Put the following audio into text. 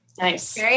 Nice